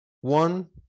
One